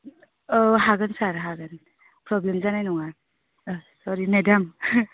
औ हागोन सार हागोन प्रब्लेम जानाय नङा सरि मेडाम